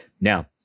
Now